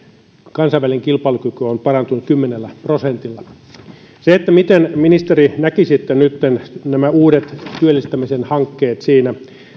kansainvälinen kilpailukyky on parantunut kymmenellä prosentilla miten ministeri näkisitte nytten nämä uudet työllistämisen hankkeet siinä